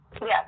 Yes